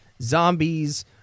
zombies